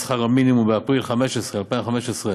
את ירושלים הוא לא יקבל, את אריאל הוא לא יקבל,